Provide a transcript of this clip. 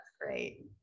great